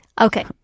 Okay